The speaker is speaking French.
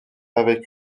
avait